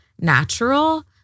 natural